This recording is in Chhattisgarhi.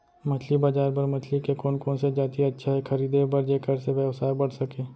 मछली बजार बर मछली के कोन कोन से जाति अच्छा हे खरीदे बर जेकर से व्यवसाय बढ़ सके?